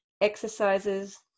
exercises